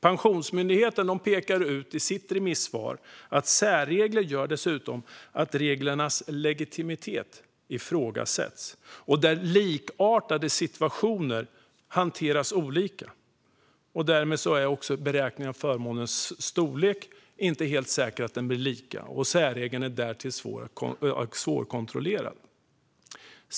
Pensionsmyndigheten pekar i sitt remissvar på att särregler dessutom gör att reglernas legitimitet ifrågasätts och att likartade situationer hanteras olika så att det inte är helt säkert att beräkningen av förmånens storlek blir lika. Särregeln är därtill svårkontrollerad.